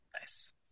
Nice